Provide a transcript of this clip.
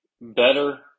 better